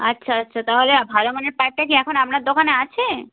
আচ্ছা আচ্ছা তাহলে ভালো মানের পাইপটা কি এখন আপনার দোকানে আছে